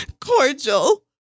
cordial